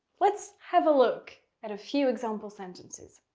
let's have a look at a few example sentences.